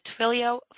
Twilio